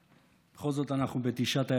בכל זאת אנחנו בתשעת הימים.